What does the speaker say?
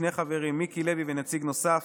שני חברים: מיקי לוי ונציג נוסף,